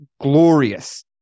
glorious